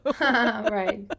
Right